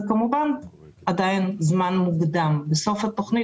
כמובן זה עדיין מוקדם לומר אבל בסוף התכנית